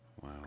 Wow